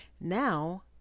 now